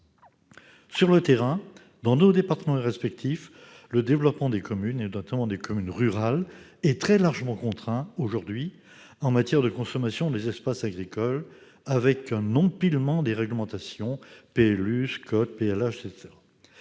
Sur le terrain, dans nos départements respectifs, le développement des communes, notamment rurales, est très largement contraint aujourd'hui en matière de consommation des espaces agricoles, avec un empilement de réglementations : PLU, SCOT, PLH, etc.